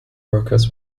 workers